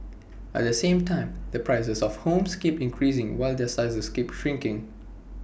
at the same time the prices of homes keep increasing while their sizes keep shrinking